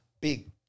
Big